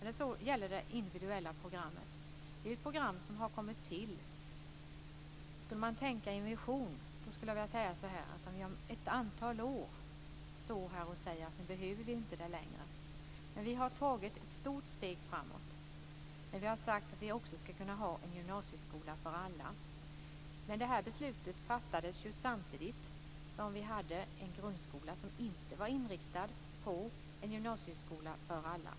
Så gäller det det individuella programmet. Skulle man tänka i en vision skulle jag vilja säga så här att om ett antal år står jag här och säger att nu behöver vi inte det längre. Vi har tagit ett stort steg framåt när vi har sagt att vi ska kunna ha en gymnasieskola för alla. Det här beslutet fattades ju samtidigt som vi hade en grundskola som inte var inriktad på en gymnasieskola för alla.